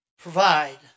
provide